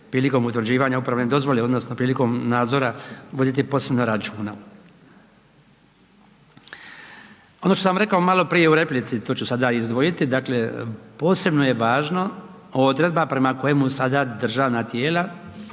prilikom utvrđivanja uporabne dozvole odnosno prilikom nadzora voditi posebno računa. Ono što sam rekao maloprije u replici, to ću sada izdvojiti, dakle, posebno je važno odredba prema kojemu sada državna tijela,